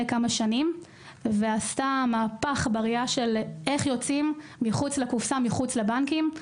כמה שנים ועשתה מהפך ביציאה מחוץ לקופסה ונשענים פחות על הבנקים.